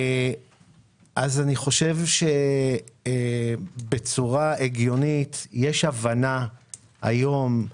אני חושב שבצורה הגיונית יש הבנה היום,